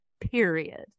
period